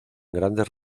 grandes